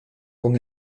con